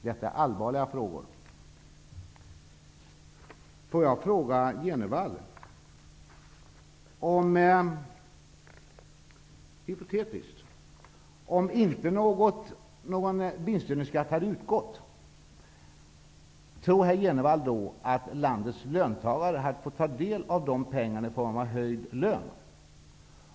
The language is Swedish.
Låt mig ställa en hypotetisk fråga till Jenevall. Om inte någon vinstdelningsskatt hade utgått, tror herr Jenevall att landets löntagare då hade fått ta del av de pengarna i form av höjd lön?